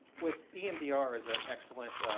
with emdr as an excellent